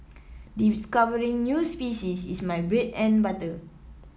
discovering new species is my bread and butter